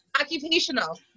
occupational